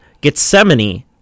Gethsemane